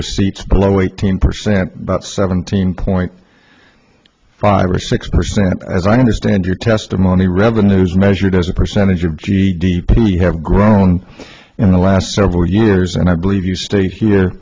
receipts below eighteen percent but seventeen point five or six percent as i understand your testimony revenues measured as a percentage of g d p have grown in the last several years and i believe you stayed here